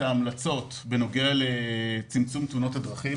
המלצות בנוגע לצמצום תאונות הדרכים